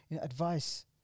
Advice